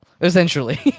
essentially